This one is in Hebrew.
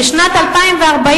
בשנת 2040,